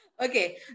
Okay